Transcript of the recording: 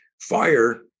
fire